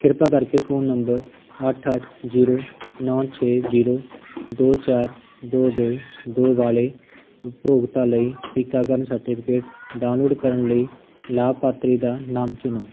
ਕਿਰਪਾ ਕਰਕੇ phone number ਅੱਠ ਅੱਠ ਜੀਰੋ ਨੌਂ ਛੇ ਜੀਰੋ ਦੋ ਚਾਰ ਦੋ ਦੋ ਦੋ ਵਾਲੇ ਉਪਭੋਗਤਾ ਲਈ ਟੀਕਾਕਰਨ ਸਰਟੀਫਿਕੇਟ ਡਾਊਨਲੋਡ ਕਰਨ ਲਈ ਲਾਭਪਾਤਰੀ ਦਾ ਨਾਮ ਚੁਣੋ